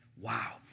Wow